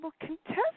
contestant